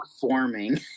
performing